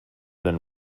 been